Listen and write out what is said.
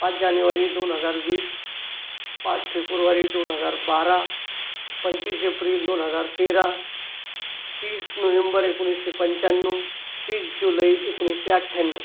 पाच जानेवारी दोन हजार वीस पाच फेब्रुवारी दोन हजार बारा पंचवीस एप्रिल दोन हजार तेरा तीस नोव्हेंबर एकोणिसशे पंच्याण्णव तीस जुलै एकोणिसशे अठ्ठ्याण्णव